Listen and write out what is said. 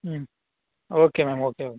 ம் okay ma'am okay ஓ